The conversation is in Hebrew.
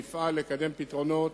יפעל לקדם פתרונות